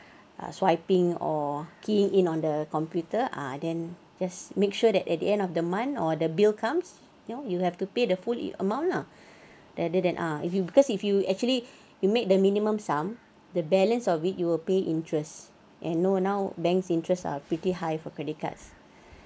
swiping or keying in on the computer ah then just make sure that at the end of the month or the bill comes you know you have to pay the full amount lah rather than ah if you because if you actually you made the minimum sum the balance of it you will pay interest and know now banks interests are pretty high for credit cards